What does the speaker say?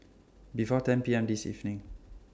before ten P M This evening